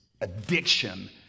addiction